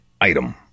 item